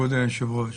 כבוד היושב ראש,